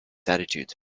attitudes